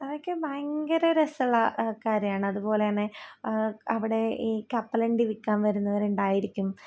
അതൊക്കെ ഭയങ്കര രസമുള്ള കാര്യമാണ് അതുപോലെ തന്നെ അവിടെ ഈ കപ്പലണ്ടി വിൽക്കാൻ വരുന്നവരുണ്ടായിരിക്കും